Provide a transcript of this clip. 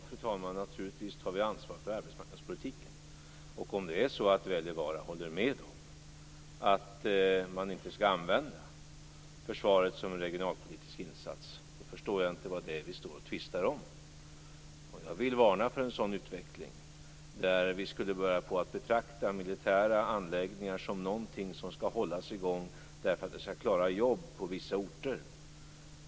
Fru talman! Naturligtvis tar vi ansvar för arbetsmarknadspolitiken. Om Wälivaara håller med om att man inte skall använda försvaret som en regionalpolitisk insats, förstår jag inte vad det är vi står och tvistar om. Jag vill varna för en utveckling där vi börjar betrakta militära anläggningar som något som skall hållas i gång för att klara jobben på vissa orter.